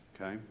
Okay